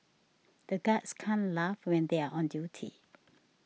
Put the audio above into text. the guards can't laugh when they are on duty